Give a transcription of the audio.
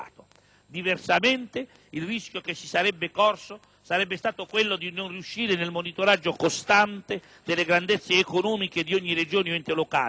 Diversamente, il rischio che si sarebbe corso sarebbe stato quello di non riuscire nel monitoraggio costante delle grandezze economiche di ogni Regione o ente locale